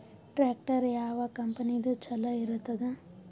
Tractor ಯಾವ ಕಂಪನಿದು ಚಲೋ ಇರತದ?